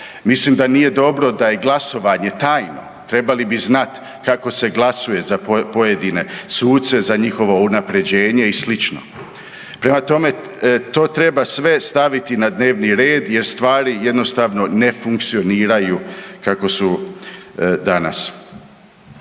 Mislim da nije dobro da je glasovanje tajno, trebali bi znat kako se glasuje za pojedine suce, za njihovo unapređenje i slično. Prema tome, to treba sve staviti na dnevni red jer stvari jednostavno ne funkcioniraju kako su danas.